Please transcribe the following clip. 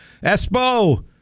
Espo